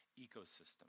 ecosystem